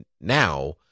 now